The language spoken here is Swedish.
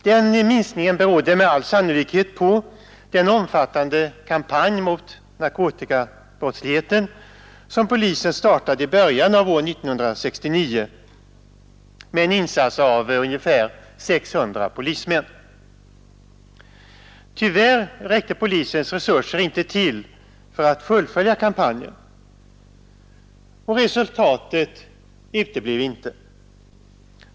Den minskningen berodde med all sannolikhet på en omfattande kampanj mot narkotikabrottsligheten som polisen startade i början av år 1969 med en insats av ungefär 600 polismän. Tyvärr räckte polisens resurser inte till för att fullfölja kampanjen, och resultatet uteblev inte.